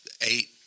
Eight